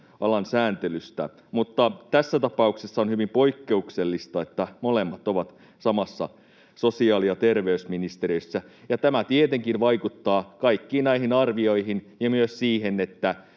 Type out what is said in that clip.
alan sääntelystä, tässä tapauksessa on hyvin poikkeuksellista, että molemmat ovat samassa sosiaali- ja terveysministeriössä. Tämä tietenkin vaikuttaa kaikkiin näihin arvioihin ja myös siihen,